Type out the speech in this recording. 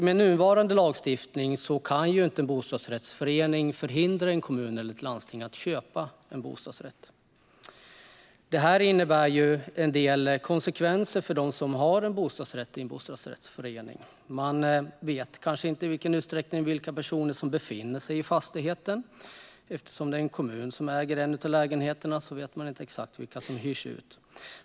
Med nuvarande lagstiftning kan inte en bostadsrättsförening förhindra en kommun eller ett landsting att köpa en bostadsrätt. Det här innebär en del konsekvenser för dem som har en bostadsrätt i en bostadsrättsförening. Man vet kanske inte vilka personer som befinner sig i fastigheten och i vilken utsträckning. Eftersom det är en kommun som äger en av lägenheterna vet man inte exakt till vilka den hyrs ut.